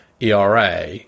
era